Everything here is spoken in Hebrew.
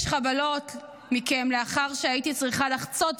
יש חבלות מכם לאחר שהייתי צריכה לחצוץ